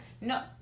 no